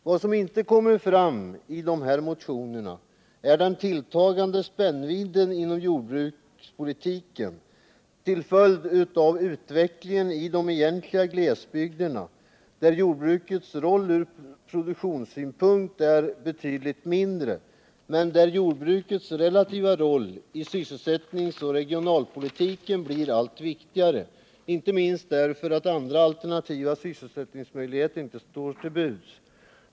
Vad som inte kommer fram i dessa motioner är den tilltagande spännvidden inom jordbrukspolitiken till följd av utvecklingen i de egentliga glesbygderna, där jordbrukets roll från produktionssynpunkt är betydligt mindre men där jordbrukets relativa roll i sysselsättningsoch regionalpolitiken blivit allt viktigare, inte minst därför att andra alternativa sysselsättningsmöjligheter inte står till buds.